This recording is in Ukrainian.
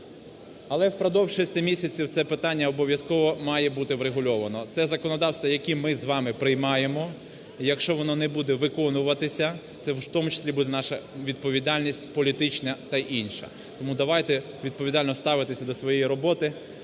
Але впродовж 6 місяців це питання обов'язково має бути врегульовано. Це законодавство, яке ми з вами приймаємо. Якщо воно не буде виконуватися, це в тому числі буде наша відповідальність політична та інша. Тому давайте відповідально ставитися до своєї роботи.